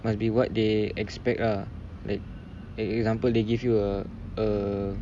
must be what they expect lah like example they give you a a